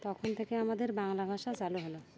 তখন থেকে আমাদের বাংলা ভাষা চালু হলো